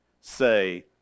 say